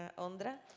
ah ondra.